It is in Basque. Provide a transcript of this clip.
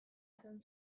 izan